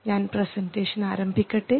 ഞാൻ പ്രെസൻറ്റേഷൻ ആരംഭിക്കട്ടെ